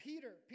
Peter